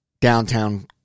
downtown